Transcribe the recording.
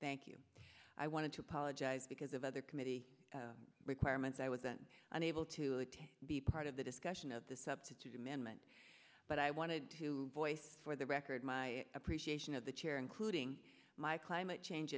thank you i wanted to apologize because of other committee requirements i wasn't unable to attend be part of the discussion of the substitute amendment but i wanted to voice for the record my appreciation of the chair including my climate change